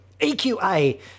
EQA